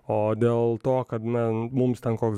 o dėl to kad na mums ten koks